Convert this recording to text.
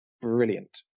brilliant